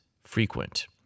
frequent